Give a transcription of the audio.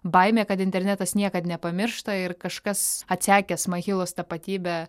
baimė kad internetas niekad nepamiršta ir kažkas atsekęs mahilos tapatybę